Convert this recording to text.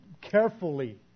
carefully